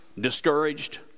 discouraged